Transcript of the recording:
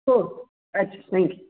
हो अच्छा थँक्यू